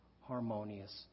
harmonious